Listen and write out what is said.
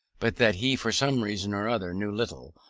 but that he, for some reason or other, knew little,